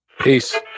Peace